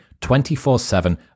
24-7